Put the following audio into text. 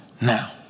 Now